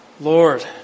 Lord